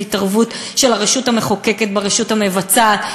התערבות של הרשות המחוקקת ברשות המבצעת.